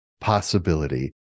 possibility